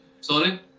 Sorry